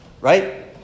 right